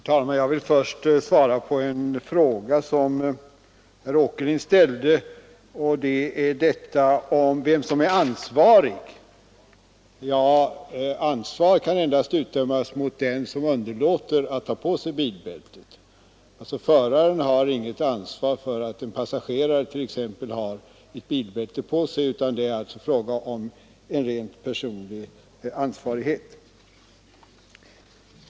Herr talman! Jag vill först svara på en fråga som herr Åkerlind ställde, nämligen om vem som är ansvarig. Ansvarighet kan endast utdömas mot den som underlåter att ta på sig bilbältet. Föraren har alltså inget ansvar för att en passagerare har bilbälte på sig, utan det är fråga om en rent personlig ansvarighet.